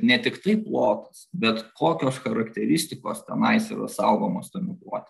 ne tiktai plotas bet kokios charakteristikos tenais yra saugomos tame plote